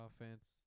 offense